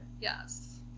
Yes